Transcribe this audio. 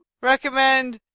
recommend